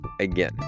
again